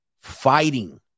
fighting